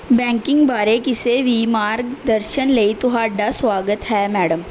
banking ਬਾਰੇ ਕਿਸੇ ਵੀ ਮਾਰਗ ਦਰਸ਼ਨ ਲਈ ਤੁਹਾਡਾ ਸੁਆਗਤ ਹੈ ਮੈਡਮ